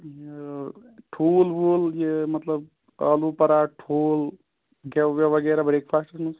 یہِ ٹھوٗل ووٗل یہِ مطلب ٲلوٕ پَراٹھ ٹھوٗل گٮ۪و وٮ۪و وغیرہ برٛیکفاسٹَس منٛز